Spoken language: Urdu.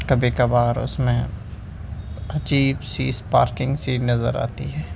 کبھی کبھار اس میں عجیب سی اسپارکنگ سی نظر آتی ہے